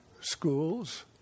schools